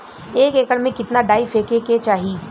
एक एकड़ में कितना डाई फेके के चाही?